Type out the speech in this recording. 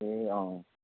ए अँ